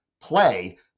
play